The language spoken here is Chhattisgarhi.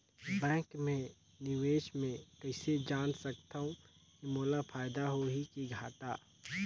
बैंक मे मैं निवेश मे कइसे जान सकथव कि मोला फायदा होही कि घाटा?